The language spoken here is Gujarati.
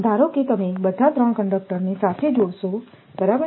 ધારો કે તમે બધા 3 કન્ડક્ટરને સાથે જોડશો બરાબર